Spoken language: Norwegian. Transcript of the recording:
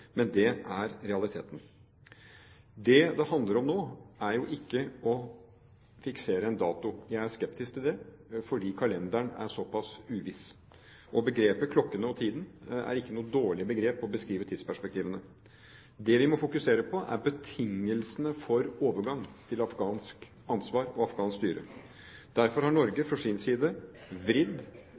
men det er realitetene. Det det handler om nå, er ikke å fiksere en dato. Jeg er skeptisk til det fordi kalenderen er såpass uviss. Begrepet «klokkene og tiden» er ikke noe dårlig begrep for å beskrive tidsperspektivene. Det vi må fokusere på, er betingelsene for overgang til afghansk ansvar og afghansk styre. Derfor har Norge på sin side vridd